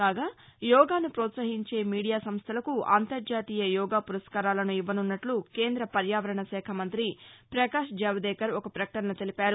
కాగా యోగాను ప్రోత్సహించే మీడియా సంస్టలకు అంతర్జాతీయ యోగా పురస్కారాలను ఇవ్వనున్నట్టు కేంద్ర పర్యావరణ శాఖ మంతి పకాశ్ జావ్దేకర్ ఒక పకటనలో తెలిపారు